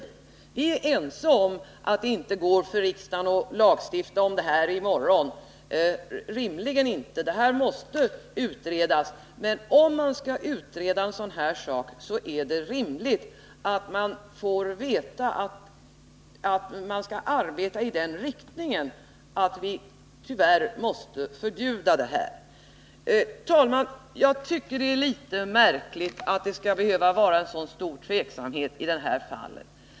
Vi är ense om att det inte rimligen går för riksdagen att lagstifta om det i morgon — det här måste utredas — men om man skall utreda en sådan sak är det ju rimligt att man får veta att man skall arbeta i den riktningen att vi måste förbjuda det här. Herr talman! Jag tycker det är litet märkligt att det skall behöva råda så stor tveksamhet i det här fallet.